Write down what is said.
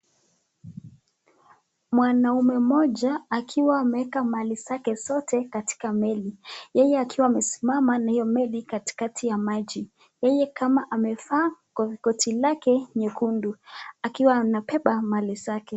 Mwanaume moja akiwa ameweka mali zake zote katika meli, yeye akiwa anasimama na hiyo meli katikati ya maji yeye kama amevaa koti lake nyekundu akiwa anabeba mali zake.